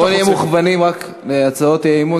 בואו נהיה מוכוונים רק להצעות האי-אמון